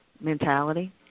mentality